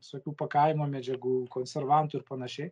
visokių pakavimo medžiagų konservantų ir panašiai